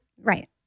Right